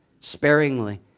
sparingly